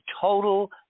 total